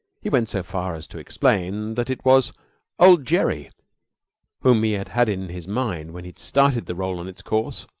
he went so far as to explain that it was old gerry whom he had had in his mind when he started the roll on its course.